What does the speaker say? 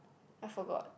I forgot